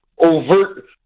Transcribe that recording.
overt